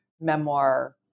memoir